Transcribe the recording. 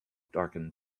darkened